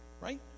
Right